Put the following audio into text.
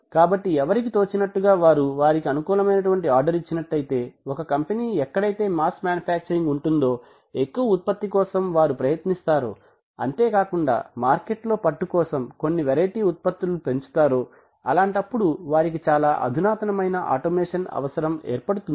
కాబట్టి ఎవరికి తోచినట్లుగా వారు వారి అనుకూల మైనటువంటి ఆర్డర్ ఇచ్చినట్లయితే ఒక కంపెనీ ఎక్కడైతే మాస్ మ్యానుఫ్యాక్చరింగ్ ఉంటుందో ఎక్కువ ఉత్పత్తి కోసం వారు ప్రయత్నిస్తారో అంతేకాకుండా మార్కెట్ లో పట్టు కోసం కొన్ని వెరైటీ ఉత్పత్తులను పెంచుతారో అలాంటప్పుడు వారికి చాలా అధునాతనమైన ఆటోమేషన్ అవసరం ఏర్పడుతుంది